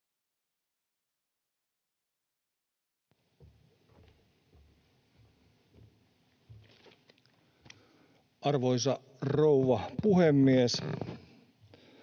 Arvoisa rouva puhemies!